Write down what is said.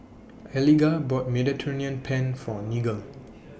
Eliga bought Mediterranean Penne For Nigel